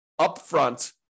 upfront